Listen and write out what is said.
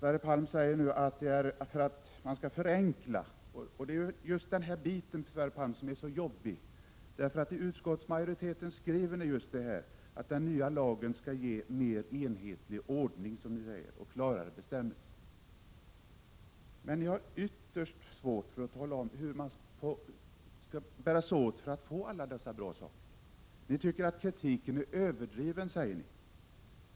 Fru talman! Sverre Palm säger att syftet är att förenkla. Det är just det som är så jobbigt. Utskottsmajoriteten skriver att den nya lagen skall ge en mer enhetlig ordning och klarare bestämmelser. Men ni har ytterst svårt att tala om hur man skall bära sig åt för att åstadkomma alla dessa bra saker. Ni tycker att kritiken är överdriven, säger ni.